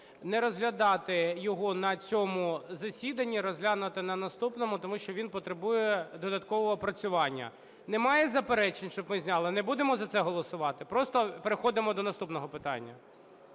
не розглядати його на цьому засіданні. Розглянути на наступному, тому що він потребує додаткового опрацювання. Немає заперечень, щоб ми зняли? Не будемо за це голосувати? Просто переходимо до наступного питання?